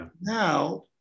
Now